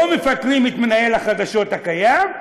לא מפטרים את מנהל החדשות הקיים,